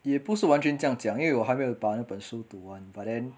也不是完全这样讲因为我还没有把那本书读完 but then